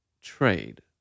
trade